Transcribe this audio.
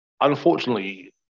unfortunately